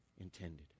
intended